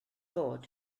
bod